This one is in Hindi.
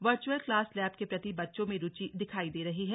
वर्चुअल क्लास लैब के प्रति बच्चों में रुचि दिखाई दे रही है